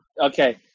Okay